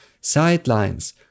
sidelines